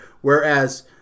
whereas